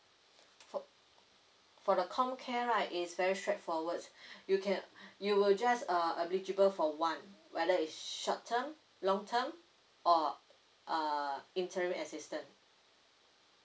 for for the comcare right is very straightforward you can you will just uh eligible for one whether is short term long term or uh interim assistant